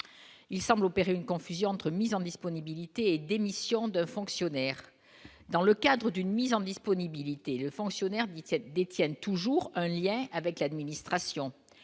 il semble opérer une confusion entre mise en disponibilité d'émission de fonctionnaires dans le cadre d'une mise en disponibilité le fonctionnaire 17 détiennent toujours un lien avec l'administration,